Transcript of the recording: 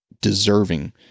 deserving